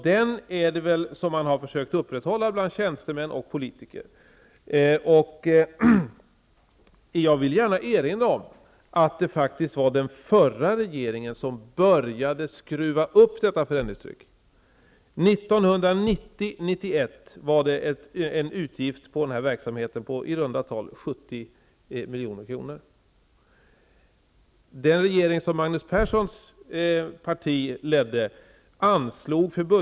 Det är väl den man har försökt upprätthålla bland tjänstemän och politiker. Jag vill gärna erinra om att det faktiskt var den förra regeringen som började skruva upp detta förändringstryck. 1990/91 var utgiften för den här verksamheten i runda tal 70 milj.kr.